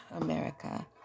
America